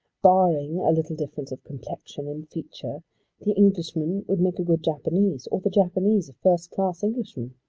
barring a little difference of complexion and feature the englishman would make a good japanese, or the japanese a first-class englishman.